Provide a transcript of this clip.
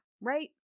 right